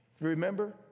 Remember